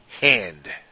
hand